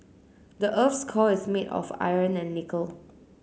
the earth's core is made of iron and nickel